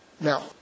Now